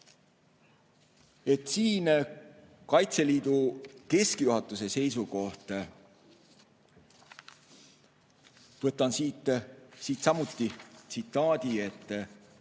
teeb. Kaitseliidu keskjuhatuse seisukoht, võtan siit samuti tsitaadi –